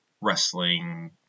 wrestling